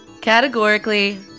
Categorically